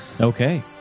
okay